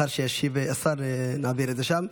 לאחר שישיב השר, נעביר את זה לשם.